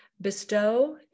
bestow